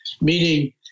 meaning